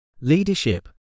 Leadership